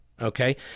Okay